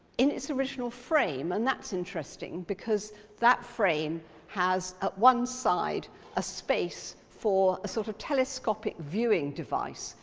in its original frame, and that's interesting because that frame has at one side a space for a sort of telescopic viewing device.